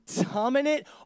dominant